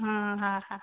हा हा हा